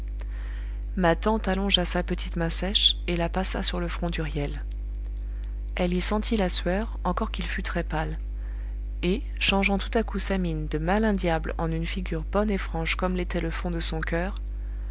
ma tante allongea sa petite main sèche et la passa sur le front d'huriel elle y sentit la sueur encore qu'il fût très-pâle et changeant tout à coup sa mine de malin diable en une figure bonne et franche comme l'était le fond de son coeur